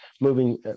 moving